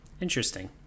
interesting